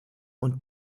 und